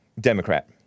Democrat